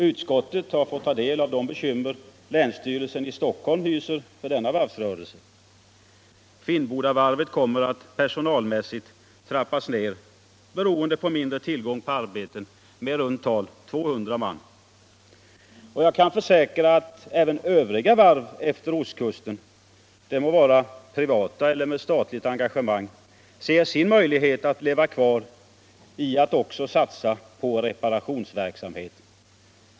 Utskottet har fått ta del av de bekymmer länsstyrelsen i Stockholm hyser för denna varvsrörelse. Finnbodavarvet kommer att personalmässigt trappas ner - beroende på mindre tillgång på arbeten —- med i runt tal 200 man. Jag kan försäkra att även Övriga varv efter ostkusten — de må vara privata celler med statligt engagemang — ser sin möjlighet att leva kvar i att också satsa på reparationsverksamhet.